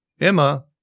Emma